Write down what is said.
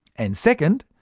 and second,